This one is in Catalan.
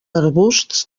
arbusts